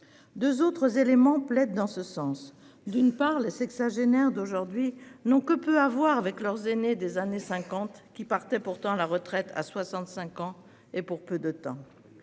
Deux autres éléments supplémentaires plaident en ce sens. D'une part, les sexagénaires d'aujourd'hui n'ont que peu à voir avec leurs aînés des années 1950, qui partaient pourtant à la retraite à 65 ans et pour peu de temps.